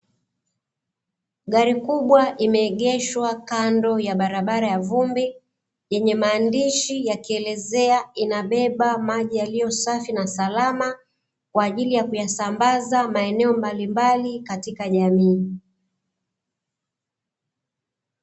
Gari kubwa imeegeshwa kando ya brabara ya vumbi, yenye maandishi yakielezea inabeba maji yaliyo safi na salama kwa ajili ya kuyasambaza maeneo mbalimbali katika jamii.